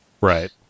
Right